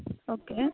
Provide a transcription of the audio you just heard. okay